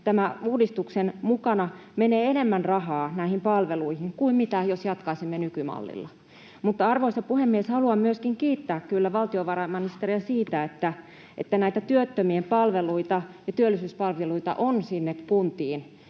tämän uudistuksen mukana menee näihin palveluihin enemmän rahaa kuin jos jatkaisimme nykymallilla. Mutta, arvoisa puhemies, haluan myöskin kyllä kiittää valtiovarainministeriä siitä, että näitä työttömien palveluita ja työllisyyspalveluita on sinne kuntiin